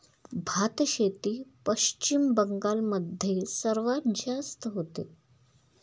भातशेती पश्चिम बंगाल मध्ये सर्वात जास्त होते